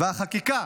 והחקיקה